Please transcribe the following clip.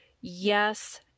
Yes